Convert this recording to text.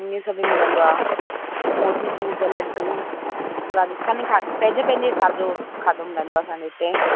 इहो सभु बि मिलंदो आहे मोती चूर जा लॾूं जीअं त राजस्थानी खाधो पंहिंजे पंंहिंजे हिसाब जो खाधो मिलंदो आहे असांजे हिते